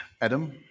Adam